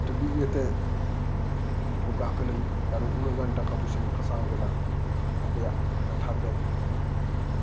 ᱚᱱᱟ ᱴᱤᱵᱷᱤ ᱤᱭᱟᱹᱛᱮ ᱵᱷᱚᱜᱟᱜ ᱠᱟᱱᱟᱧ ᱩᱱᱟᱹᱜ ᱜᱟᱱ ᱴᱟᱠᱟ ᱯᱚᱭᱥᱟᱧ ᱯᱷᱟᱥᱟᱣ ᱠᱮᱫᱟ ᱟᱯᱮᱭᱟᱜ ᱠᱟᱛᱷᱟ ᱛᱮ